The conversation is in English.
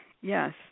yes